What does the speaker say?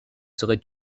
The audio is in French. serais